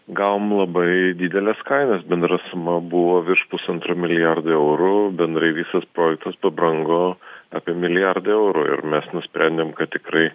gavom labai dideles kainas bendra suma buvo virš pusantro milijardo eurų bendrai visas projektus pabrango apie milijardą eurų ir mes nusprendėm kad tikrai